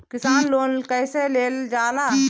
किसान लोन कईसे लेल जाला?